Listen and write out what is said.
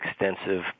extensive